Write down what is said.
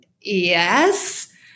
yes